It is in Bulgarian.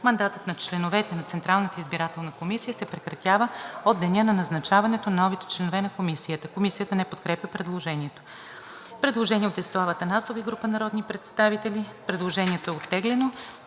Мандатът на членовете на Централната избирателна комисия се прекратява от деня на назначаването на новите членове на комисията. Комисията не подкрепя предложението. Предложение от Десислава Атанасова и група народни представители. Предложението е оттеглено.